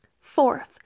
Fourth